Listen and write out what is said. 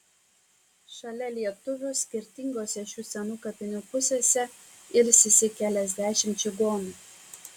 šalia lietuvių skirtingose šių senų kapinių pusėse ilsisi keliasdešimt čigonų